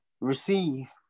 receive